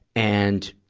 and,